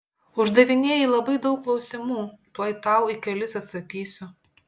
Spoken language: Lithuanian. uždavinėji labai daug klausimų tuoj tau į kelis atsakysiu